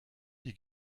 die